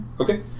Okay